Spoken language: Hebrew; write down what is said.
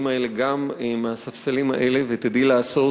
האלה גם מהספסלים האלה ותדעי לעשות